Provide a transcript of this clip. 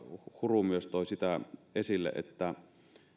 huru toi myös sitä esille että